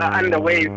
underway